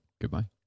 Goodbye